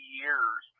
years